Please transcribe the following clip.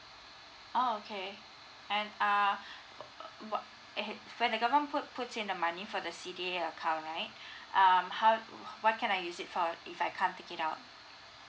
okay and err w~ what i~ when the government put puts in the money for the C_D_A account right um how what can I use it for if I can't take it out